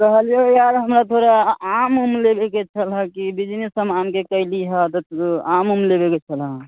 कहलियै यार हमरा थोड़ा आम उम लेबयके छलय कि बिजनेस हम आमके कयली हे तऽ आम उम लेबयके छलए हँ